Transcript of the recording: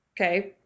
Okay